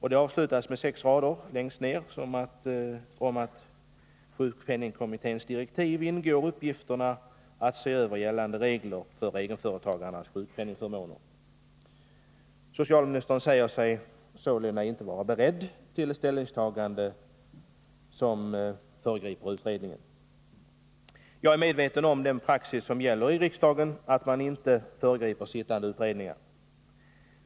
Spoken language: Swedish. Det avslutas med sex rader om att i sjukpenningkommitténs direktiv ingår uppgiften att se över gällande regler för egenföretagarnas sjukpenningförmåner. Socialministern säger sig sålunda inte vara beredd till ett ställningstagande som föregriper utredningen. Jag är medveten om den praxis som gäller i riksdagen, att man inte föregriper sittande utredningar.